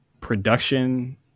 production